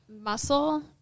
muscle